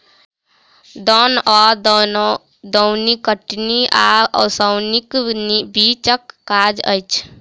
दौन वा दौनी कटनी आ ओसौनीक बीचक काज अछि